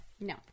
no